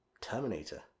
Terminator